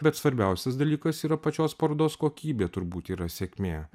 bet svarbiausias dalykas yra pačios parodos kokybė turbūt yra sėkmė